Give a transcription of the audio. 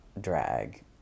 drag